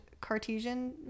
Cartesian